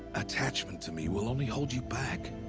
attachment to me will only hold you back!